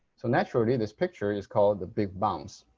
so naturally this picture is called the big bounce